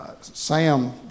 Sam